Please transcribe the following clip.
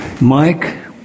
Mike